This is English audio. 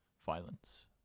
violence